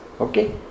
okay